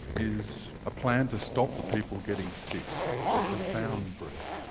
is a plan to stop people getting sick a profound brief.